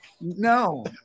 No